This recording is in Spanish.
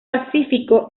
pacífico